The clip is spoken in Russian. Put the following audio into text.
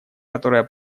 которое